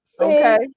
okay